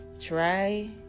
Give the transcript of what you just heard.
Try